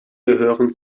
gehören